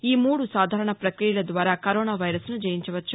ఈ మూడు సాధారణ ప్రక్రియల ద్వారా కరోనా వైరస్ను జయించవచ్చు